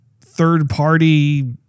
third-party